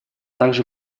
также